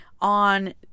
on